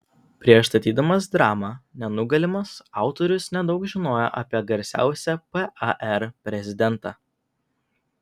prieš statydamas dramą nenugalimas autorius nedaug žinojo apie garsiausią par prezidentą